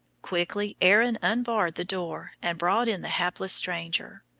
quickly erin unbarred the door and brought in the hapless stranger.